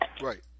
Right